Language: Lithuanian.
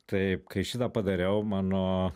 taip kai šitą padariau mano